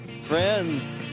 Friends